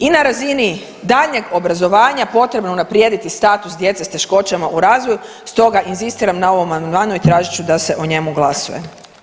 I na razini daljnjeg obrazovanja, potrebno je unaprijediti status djece s teškoćama u razvoju, stoga inzistiram na ovom amandmanu i tražit ću da se o njemu glasuje.